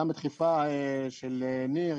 גם בדחיפה של ניר,